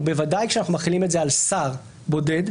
ווודאי כשאנחנו מחילים את זה על שר בודד,